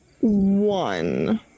one